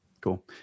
Cool